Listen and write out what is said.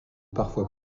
parfois